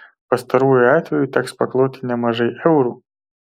pastaruoju atveju teks pakloti nemažai eurų